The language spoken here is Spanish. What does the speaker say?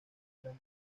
gran